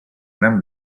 gran